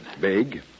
Big